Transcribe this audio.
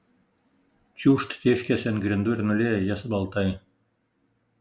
čiūžt tėškiasi ant grindų ir nulieja jas baltai